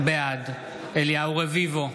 בעד אליהו רביבו,